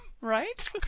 Right